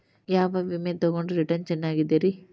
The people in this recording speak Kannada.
ಯಾವ ವಿಮೆ ತೊಗೊಂಡ್ರ ರಿಟರ್ನ್ ಚೆನ್ನಾಗಿದೆರಿ?